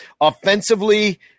Offensively